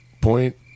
point